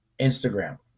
Instagram